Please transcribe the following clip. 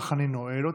אך אני נועל אותה.